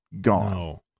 gone